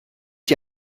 dir